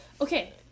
Okay